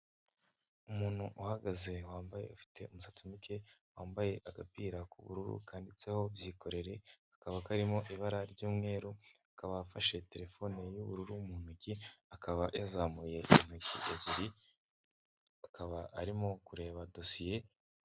Umuntu uhagaze wambaye ufite umusatsi muke, wambaye agapira k'ubururu kanditseho byikorere karimo ibara ry'umweru akaba afashe telefone y'ubururu mu ntoki akaba yazamuye intoki ebyiri akaba arimo kureba dosiye.